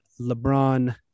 LeBron